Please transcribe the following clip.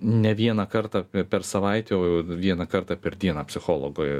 ne vieną kartą per savaitę o jau vieną kartą per dieną psichologo